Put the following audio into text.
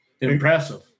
Impressive